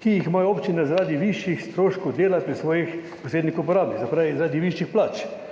ki jih imajo občine zaradi višjih stroškov dela pri svojih posrednih uporabnikih, se pravi, zaradi višjih plač.